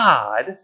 God